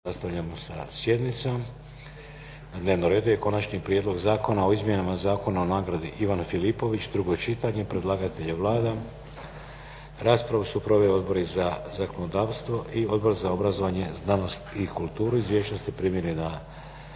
nastavljamo sa sjednicom. Na dnevnom redu je - Konačni prijedlog Zakona o izmjenama Zakona o "Nagradi Ivan Filipović", drugo čitanje, P.Z. br. 409 Predlagatelj je Vlada. Raspravu su proveli Odbor za zakonodavstvo i Odbor za obrazovanje, znanost i kulturu. Izvješća ste primili na